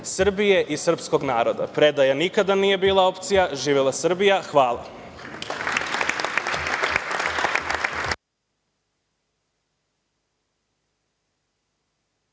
Srbije i srpskog naroda. Predaja nikada nije bila opcija. Živela Srbija. Hvala.